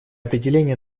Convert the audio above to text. определения